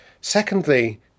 Secondly